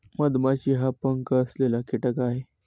मधमाशी हा पंख असलेला कीटक आहे